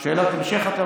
שאלת המשך?